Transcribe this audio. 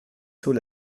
sceaux